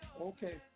Okay